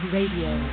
Radio